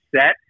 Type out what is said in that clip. set